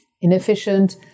inefficient